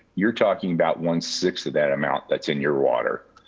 you're talking about one sixth of that amount that's in your water.